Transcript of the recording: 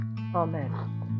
Amen